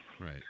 Right